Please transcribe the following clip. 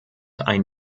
ein